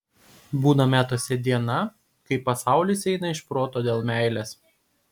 būna metuose diena kai pasaulis eina iš proto dėl meilės